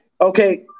okay